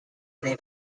may